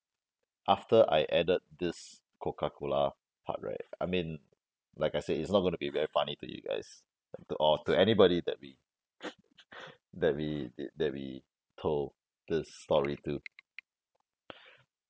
after I added this coca-cola part right I mean like I said it's not gonna be very funny to you guys and to all to anybody that we that we did that we told this story to